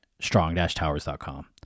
strong-towers.com